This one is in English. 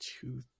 two